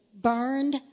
burned